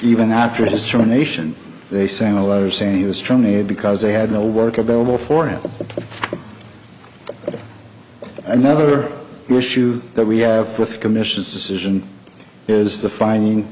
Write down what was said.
even after destroying nation they sent a letter saying he was trying it because they had no work available for him another issue that we have with commission's decision is the finding